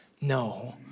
no